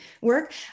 work